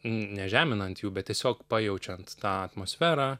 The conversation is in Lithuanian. nežeminant jų bet tiesiog pajaučiant tą atmosferą